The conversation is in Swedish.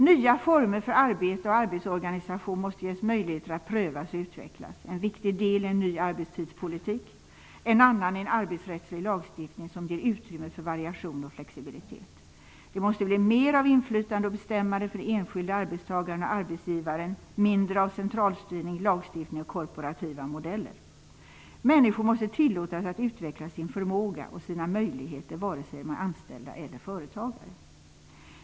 Nya former för arbete och arbetsorganisation måste ges möjligheter att prövas och utvecklas. En viktig del är en ny arbetstidspolitik. En annan är en arbetsrättslig lagstiftning som ger utrymme för variation och flexibilitet. Det måste bli mer av inflytande och bestämmande för den enskilde arbetstagaren och arbetsgivaren, mindre av centralstyrning, lagstiftning och korporativa modeller. Människor måste tillåtas att utveckla sin förmåga och sina möjligheter antingen de är anställda eller företagare.